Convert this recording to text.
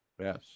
Yes